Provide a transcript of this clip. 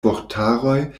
vortaroj